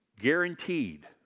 guaranteed